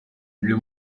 uyu